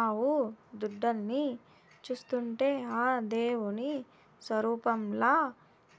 ఆవు దూడల్ని చూస్తుంటే ఆ దేవుని స్వరుపంలా